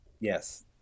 Yes